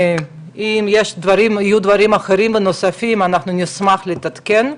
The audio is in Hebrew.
אם יהיו דברים אחרים נוספים, אנחנו נשמח להתעדכן.